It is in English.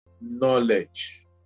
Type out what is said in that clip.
knowledge